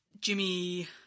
Jimmy